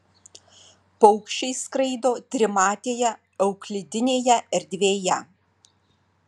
paukščiai skraido trimatėje euklidinėje erdvėje